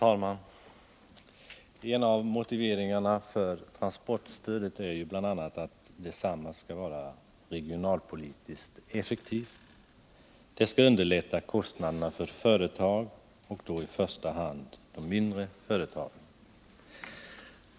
Fru talman! En av motiveringarna för transportstödet är att det skall vara regionalpolitiskt effektivt. Det skall underlätta kostnaderna för företag och då i första hand för mindre företag.